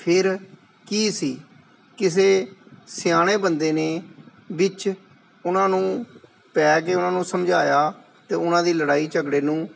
ਫਿਰ ਕੀ ਸੀ ਕਿਸੇ ਸਿਆਣੇ ਬੰਦੇ ਨੇ ਵਿੱਚ ਉਹਨਾਂ ਨੂੰ ਪੈ ਕੇ ਉਹਨਾਂ ਨੂੰ ਸਮਝਾਇਆ ਅਤੇ ਉਹਨਾਂ ਦੀ ਲੜਾਈ ਝਗੜੇ ਨੂੰ